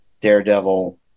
Daredevil